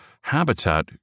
habitat